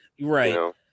right